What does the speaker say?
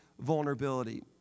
vulnerability